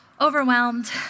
overwhelmed